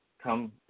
come